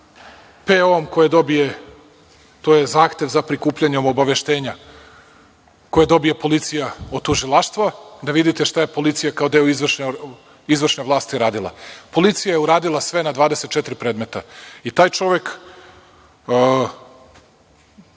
PO koje dobije, to je zahtev za prikupljanje obaveštenja, policija od tužilaštva da vidite šta je policija kao deo izvršne vlasti radila. Policija je uradila sve na 24 predmeta. Taj čovek,